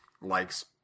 likes